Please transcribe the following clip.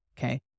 Okay